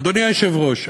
אדוני היושב-ראש,